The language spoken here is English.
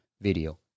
video